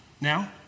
Now